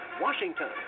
Washington